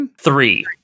Three